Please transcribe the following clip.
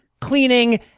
cleaning